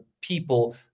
people